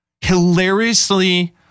hilariously